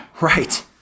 Right